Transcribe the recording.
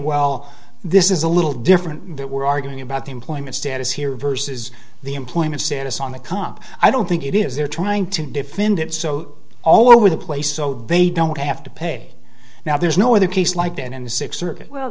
well this is a little different but we're arguing about the employment status here versus the employment status on the comp i don't think it is they're trying to defend it so all over the place so they don't have to pay now there's no other case like that in the